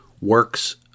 works